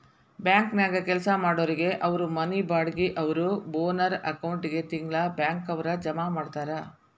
ಬ್ಯಾಂಕನ್ಯಾಗ್ ಕೆಲ್ಸಾ ಮಾಡೊರಿಗೆ ಅವ್ರ್ ಮನಿ ಬಾಡ್ಗಿ ಅವ್ರ್ ಓನರ್ ಅಕೌಂಟಿಗೆ ತಿಂಗ್ಳಾ ಬ್ಯಾಂಕ್ನವ್ರ ಜಮಾ ಮಾಡ್ತಾರ